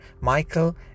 Michael